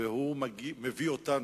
והוא מביא אותנו,